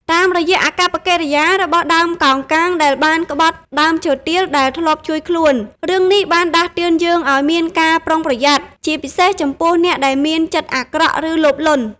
តាមរយៈអាកប្បកិរិយារបស់ដើមកោងកាងដែលបានក្បត់ដើមឈើទាលដែលធ្លាប់ជួយខ្លួន រឿងនេះបានដាស់តឿនយើងឲ្យមានការប្រុងប្រយ័ត្ន ជាពិសេសចំពោះអ្នកដែលមានចិត្តអាក្រក់ ឬលោភលន់។